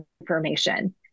information